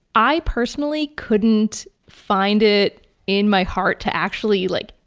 i personally couldn't find it in my heart to actually, like,